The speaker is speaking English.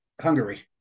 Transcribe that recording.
Hungary